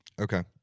Okay